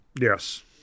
Yes